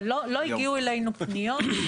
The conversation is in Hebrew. אבל, לא הגיעו אלינו פניות.